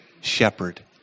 shepherd